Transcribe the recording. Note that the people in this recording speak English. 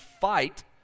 fight